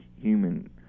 human